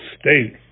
state